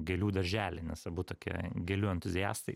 gėlių darželį nes abu tokie gėlių entuziastai